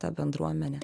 ta bendruomenė